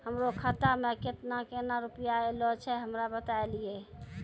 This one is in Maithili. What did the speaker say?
हमरो खाता मे केना केना रुपैया ऐलो छै? हमरा बताय लियै?